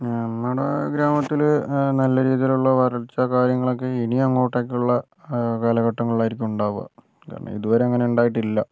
നമ്മുടെ ഗ്രാമത്തിൽ നല്ല രീതിയിലുള്ള വരൾച്ച കാര്യങ്ങളൊക്കെ ഇനിയങ്ങോട്ടേക്കുള്ള കാലഘട്ടങ്ങളിലാണ് ഉണ്ടാകുക ഇതുവരെ അങ്ങനെ ഉണ്ടായിട്ടില്ല